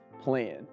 plan